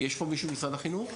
יש פה מישהו ממשרד החינוך?